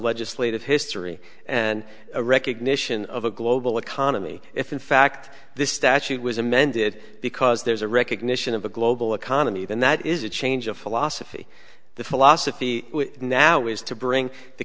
legislative history and a recognition of a global economy if in fact this statute was amended because there's a recognition of the global economy then that is a change of philosophy the philosophy now is to bring the